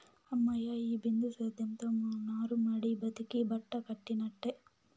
హమ్మయ్య, ఈ బిందు సేద్యంతో మా నారుమడి బతికి బట్టకట్టినట్టే